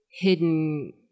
hidden